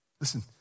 Listen